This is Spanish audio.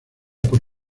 por